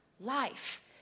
life